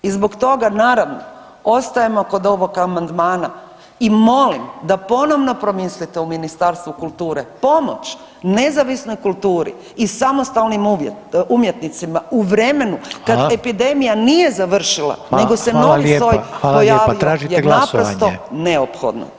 I zbog toga naravno ostajemo kod ovog amandmana i molim da ponovo promislite u Ministarstvu kulture, pomoć nezavisnoj kulturi i samostalnim umjetnicima u vremenu kad [[Upadica: Hvala.]] epidemija nije završila nego se novi soj pojavio [[Upadica: Hvala lijepa, hvala lijepa, tražite glasovanje?]] je naprosto neophodna.